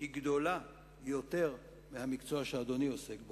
היא גדולה יותר מהמקצוע שאדוני עוסק בו,